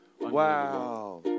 Wow